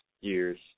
years